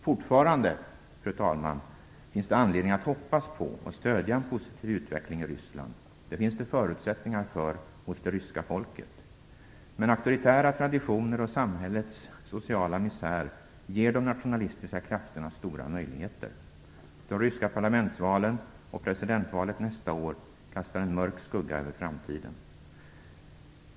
Fortfarande finns det, fru talman, anledning att hoppas på och stödja en positiv utveckling i Ryssland. Det finns det förutsättningar för hos det ryska folket. Men auktoritära traditioner och samhällets sociala misär ger de nationalistiska krafterna stora möjligheter. De ryska parlamentsvalen och presidentvalet nästa år kastar en mörk skugga över framtiden.